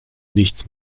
nichts